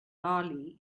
bali